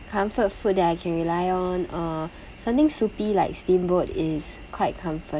comfort food that I can rely on uh something soupy like steamboat is quite comforting